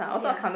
ya